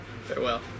Farewell